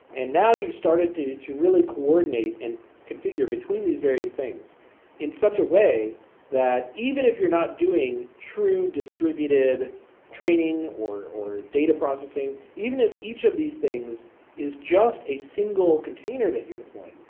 and now you've started to to really coordinate and configure between these various things in such a way that even if you're not doing true distributed training, or or data processing, even if each of these things is just a single container that you're deploying,